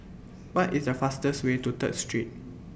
What IS The fastest Way to Third Street